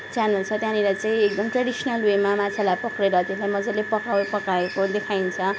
channel छ त्यहाँनिर चाहिँ एकदम ट्रेडिसनल वेमा माछालाई पक्रेर त्यसलाई मज्जाले पकाइ पकाएको देखाइन्छ